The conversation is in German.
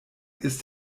ist